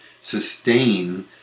sustain